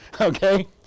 okay